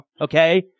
Okay